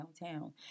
downtown